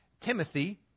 Timothy